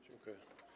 Dziękuję.